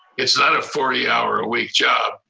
it's not a forty hour a week job,